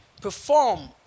perform